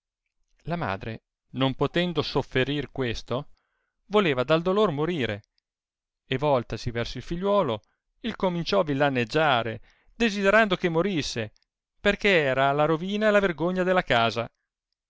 la madre non potendo sofferir questo voleva dal dolor morire e voltasi verso il figliuolo il cominciò villaneggiare desiderando che morisse perchè era la rovina e la vergogna dalla casa